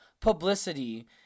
publicity